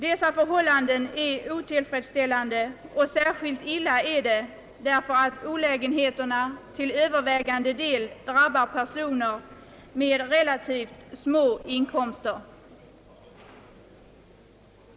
Dessa förhållanden är som sagt otillfredsställande, särskilt med tanke på att olägenheterna till övervägande del drabbar personer med relativt små inkomster.